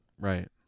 Right